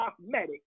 cosmetic